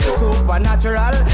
supernatural